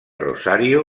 rosario